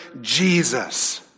Jesus